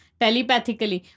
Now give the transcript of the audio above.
telepathically